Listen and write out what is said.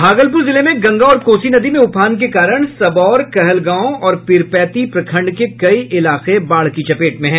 भागलपुर जिले में गंगा और कोसी नदी में उफान के कारण सबौर कहलगांव और पीरपैंती प्रखंड के कई इलाके बाढ़ की चपेट में है